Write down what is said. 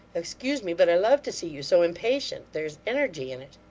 excuse me but i love to see you so impatient. there's energy in it